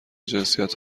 جنسیت